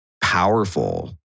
powerful